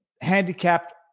handicapped